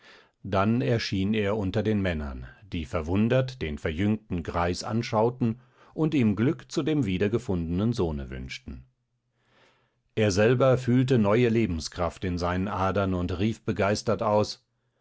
dann erschien er unter den männern die verwundert den verjüngten greis anschauten und ihm glück zu dem wiedergefundenen sohne wünschten er selber fühlte neue lebenskraft in seinen adern und rief begeistert aus